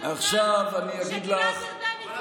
שגלעד ארדן הביא.